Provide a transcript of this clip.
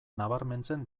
nabarmentzen